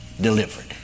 delivered